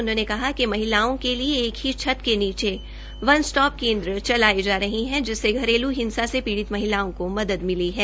उन्होंने कहा कि महिलाओं के लिए एक ही छत के नीचे वन स्टोप केन्द्र चलाये जा रहे है जिससे घरेल् हिंसा से पीडित महिलाओं को मदद मिली है